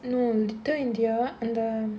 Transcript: no little india and the